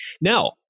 now